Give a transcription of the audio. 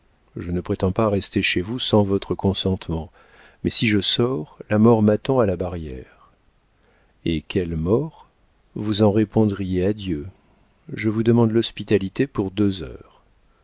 je ne prétends pas rester chez vous sans votre consentement mais si je sors la mort m'attend à la barrière et quelle mort vous en répondriez à dieu je vous demande l'hospitalité pour deux heures